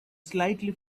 slightly